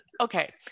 okay